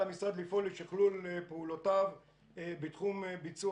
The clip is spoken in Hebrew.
על המשרד לפעול לשכלול פעולותיו בתחום ביצוע